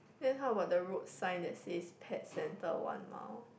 then how about the road sign that says pet center one mile